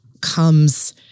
comes